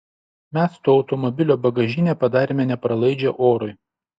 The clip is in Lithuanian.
mes to automobilio bagažinę padarėme nepralaidžią orui